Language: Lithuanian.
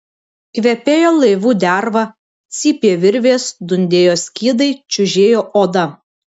kvepėjo laivų derva cypė virvės dundėjo skydai čiužėjo oda